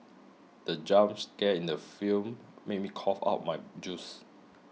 the jump scare in the film made me cough out my juice